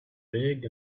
big